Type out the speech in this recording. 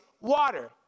Water